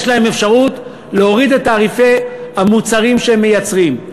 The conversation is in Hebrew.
יש להם אפשרות להוריד את תעריפי המוצרים שהם מייצרים,